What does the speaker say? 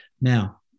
Now